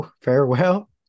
farewell